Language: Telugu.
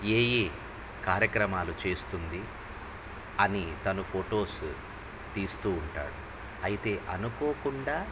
ఏ ఏ కార్యక్రమాలు చేస్తుంది అని తను ఫొటోస్ తీస్తూ ఉంటాడు అయితే అనుకోకుండా